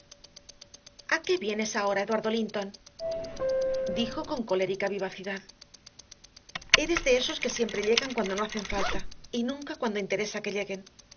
qué vienes ahora eduardo linton dijo con colérica vivacidad eres de esos que siempre llegan cuando no hacen falta y nunca cuando interesa que lleguen